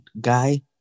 guy